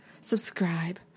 subscribe